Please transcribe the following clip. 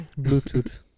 Bluetooth